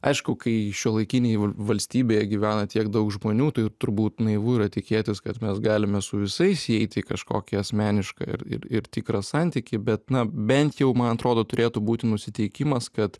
aišku kai šiuolaikinėj valstybėje gyvena tiek daug žmonių tai turbūt naivu yra tikėtis kad mes galime su visais įeiti į kažkokį asmenišką ir ir ir tikrą santykį bet na bent jau man atrodo turėtų būti nusiteikimas kad